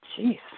Jeez